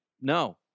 No